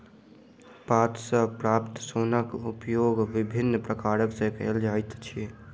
पात सॅ प्राप्त सोनक उपयोग विभिन्न प्रकार सॅ कयल जाइत अछि